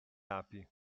api